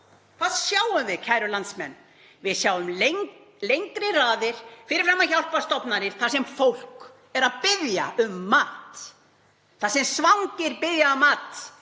Hvað sjáum við, kæru landsmenn? Við sjáum lengri raðir fyrir framan hjálparstofnanir þar sem fólk er að biðja um mat, þar sem svangir biðja um mat.